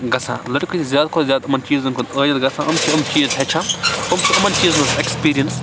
گژھان لٔڑکہٕ چھِ زیادٕ کھۄتہٕ زیادٕ یِمَن چیٖزَن کُن عٲیل گژھان یِم چھِ یِم چیٖز ہیٚچھان یِم چھِ یِمَن چیٖزَن ہنٛز ایٚکٕسپیٖریَنٕس